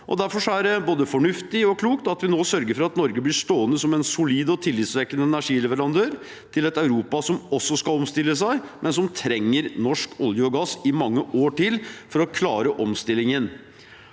Derfor er det både fornuftig og klokt at vi nå sørger for at Norge blir stående som en solid og tillitvekkende energileverandør til et Europa som også skal omstille seg, men som trenger norsk olje og gass i mange år til for å klare omstillingen.